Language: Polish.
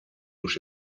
już